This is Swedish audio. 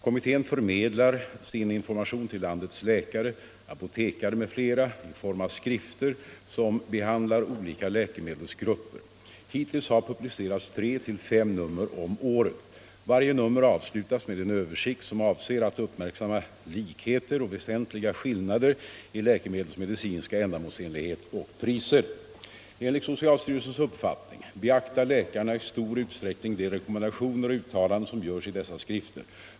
Kommittén förmedlar sin information till landets läkare, apotekare m.fl. i form av skrifter som behandlar olika läkemedelsgrupper. Hittills har publicerats tre till fem nummer om året. Varje nummer avslutas med en översikt, som avser att uppmärksamma likheter och väsentliga skillnader i läkemedlens medicinska ändamålsenlighet och priser. Enligt socialstyrelsens uppfattning beaktar läkarna i stor utsträckning de rekommendationer och uttalanden som görs i dessa skrifter.